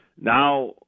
Now